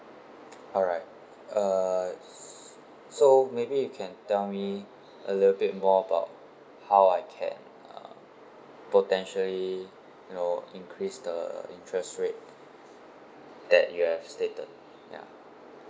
alright uh so maybe you can tell me a little bit more about how I can uh potentially you know increase the interest rate that you have stated ya